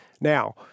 Now